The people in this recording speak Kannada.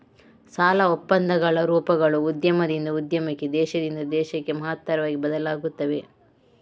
ಸಾಲ ಒಪ್ಪಂದಗಳ ರೂಪಗಳು ಉದ್ಯಮದಿಂದ ಉದ್ಯಮಕ್ಕೆ, ದೇಶದಿಂದ ದೇಶಕ್ಕೆ ಮಹತ್ತರವಾಗಿ ಬದಲಾಗುತ್ತವೆ